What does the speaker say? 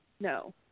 no